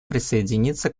присоединиться